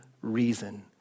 reason